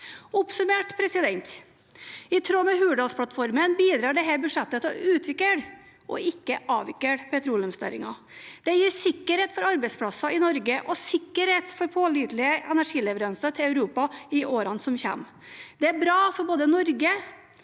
Oppsummert: I tråd med Hurdalsplattformen bidrar dette budsjettet til å utvikle og ikke avvikle petroleumsnæringen. Det gir sikkerhet for arbeidsplasser i Norge og sikkerhet for pålitelige energileveranser til Europa i årene som kommer. Det er bra for både Norge